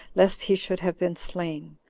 lest he should have been slain.